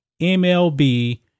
MLB